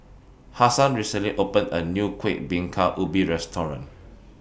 Hassan recently opened A New Kueh Bingka Ubi Restaurant